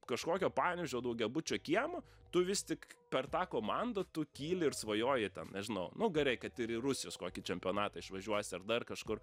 kažkokio panevėžio daugiabučio kiemo tu vis tik per tą komandą tu kyli ir svajoji ten nežinau nu gerai kad ir į rusijos kokį čempionatą išvažiuosi ar dar kažkur